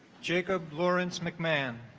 jacob lawrence mcmahon